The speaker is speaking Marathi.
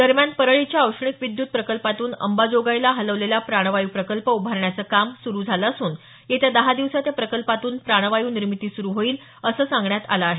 दरम्यान परळीच्या औष्णिक विद्युत प्रकल्पातून अंबाजोगाईला हलवलेला प्राणवायू प्रकल्प उभारण्याचं काम सुरू झालं असून येत्या दहा दिवसांत या प्रकल्पातून प्राणवायू निर्मिती सुरू होईल असं सांगण्यात आलं आहे